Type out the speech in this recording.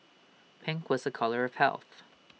pink was A colour of health